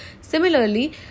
similarly